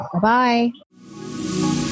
bye-bye